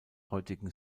heutigen